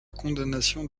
condamnation